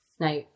Now